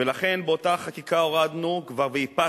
ולכן באותה חקיקה הורדנו כבר ואיפסנו,